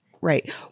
right